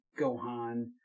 Gohan